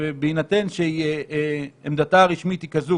בהינתן שעמדתה הרשמית היא כזו,